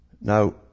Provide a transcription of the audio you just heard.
Now